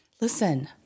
Listen